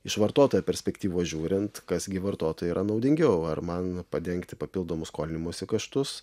iš vartotojo perspektyvos žiūrint kas gi vartotojui yra naudingiau ar man padengti papildomus skolinimosi kaštus